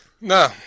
No